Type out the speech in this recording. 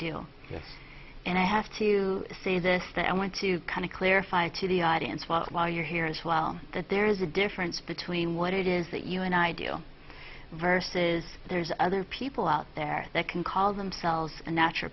do and i have to say this that i want to kind of clarify to the audience what while you're here as well that there is a difference between what it is that you and i do versus there's other people out there that can call themselves a natural